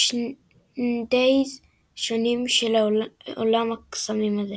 ומרצ'נדייז שונים של עולם הקסמים הזה.